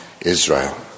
Israel